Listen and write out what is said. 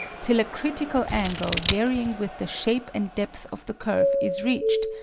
till a critical angle varying with the shape and depth of the curve is reached,